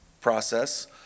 process